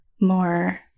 more